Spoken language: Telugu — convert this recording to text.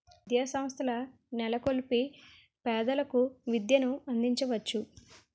విద్యాసంస్థల నెలకొల్పి పేదలకు విద్యను అందించవచ్చు